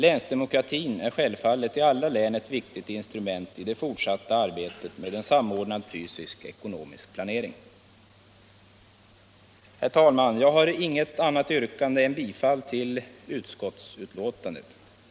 Länsdemokratin är självfallet i alla län ett viktigt instrument i det fortsatta arbetet med en samordnad fysisk-ekonomisk planering. Herr talman! Jag har inget annat yrkande än bifall till utskottets hemställan.